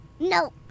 No